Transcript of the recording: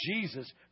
Jesus